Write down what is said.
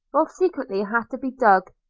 will frequently have to be dug,